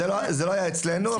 זה לא היה אצלנו.